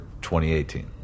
2018